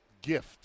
gift